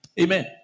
Amen